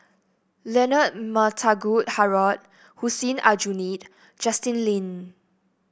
Leonard Montague Harrod Hussein Aljunied Justin Lean